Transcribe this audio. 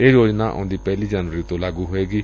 ਇਹ ਯੋਜਨਾ ਆਉਂਦੀ ਪਹਿਲੀ ਜਨਵਰੀ ਤੋਂ ਲਾਗੁ ਹੋਵਗੀ